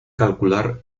calcular